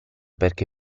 perché